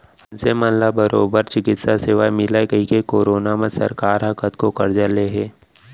मनसे मन ला बरोबर चिकित्सा सेवा मिलय कहिके करोना म सरकार ह कतको करजा ले हे